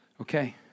okay